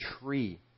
tree